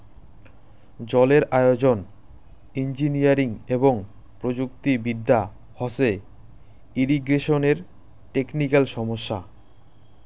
জলের আয়োজন, ইঞ্জিনিয়ারিং এবং প্রযুক্তি বিদ্যা হসে ইরিগেশনের টেকনিক্যাল সমস্যা